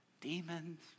demons